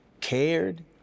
cared